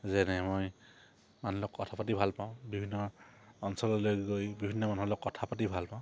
যেনে মই মানুহৰ লগত কথা পাতি ভাল পাওঁ বিভিন্ন অঞ্চললৈ গৈ বিভিন্ন মানুহৰ লগত কথা পাতি ভাল পাওঁ